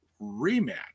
rematch